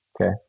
Okay